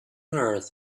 earth